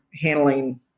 handling